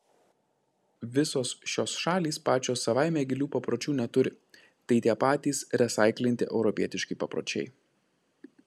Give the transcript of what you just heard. visos šios šalys pačios savaime gilių papročių neturi tai tie patys resaiklinti europietiški papročiai